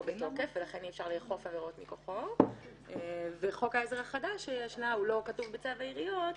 בתוקף וגם חוק העזר החדש לא כתוב בצו העיריות,